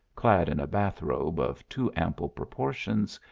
clad in a bath robe of too ample proportions,